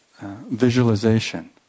visualization